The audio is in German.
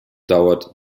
dauert